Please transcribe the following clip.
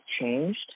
changed